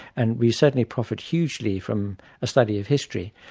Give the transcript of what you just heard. and we certainly profit hugely from a study of history.